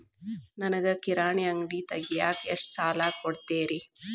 ನನಗ ಕಿರಾಣಿ ಅಂಗಡಿ ತಗಿಯಾಕ್ ಎಷ್ಟ ಸಾಲ ಕೊಡ್ತೇರಿ?